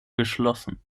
geschlossen